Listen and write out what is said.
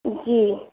جی